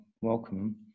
welcome